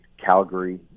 Calgary